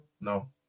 no